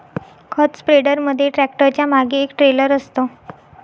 खत स्प्रेडर मध्ये ट्रॅक्टरच्या मागे एक ट्रेलर असतं